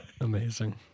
Amazing